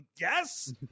Yes